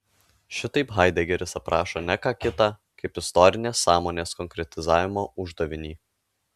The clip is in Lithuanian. šitaip haidegeris aprašo ne ką kita kaip istorinės sąmonės konkretizavimo uždavinį